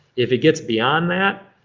if it gets beyond that,